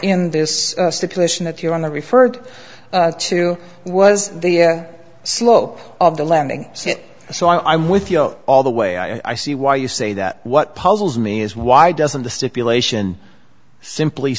in this stipulation that you on the referred to was the slope of the landing so i'm with you all the way i see why you say that what puzzles me is why doesn't the stipulation simply